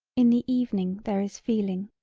in the evening there is feeling.